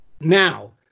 Now